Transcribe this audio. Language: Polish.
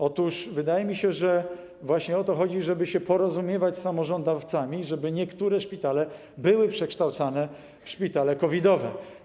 Otóż wydaje mi się, że właśnie o to chodzi, żeby się porozumiewać z samorządowcami, żeby niektóre szpitale były przekształcane w szpitale COVID-owe.